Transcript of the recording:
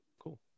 Cool